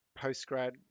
post-grad